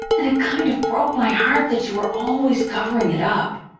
and it kind of broke my heart that you were always covering it up.